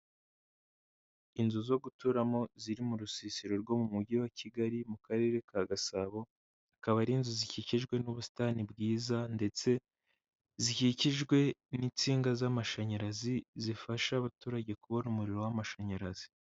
Inzu zo guturamo ziri mu rusisiro rwo mu mujyi wa Kigali mu karere ka Gasabo, zikaba ari inzu zikikijwe n'ubusitani bwiza ndetse zikikijwe n'insinga z'amashanyarazi zifasha abaturage kubona umuriro w'amashanyarazi.